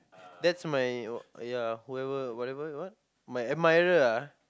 that's my whoever whatever my admirer lah